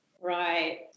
Right